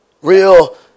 Real